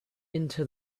into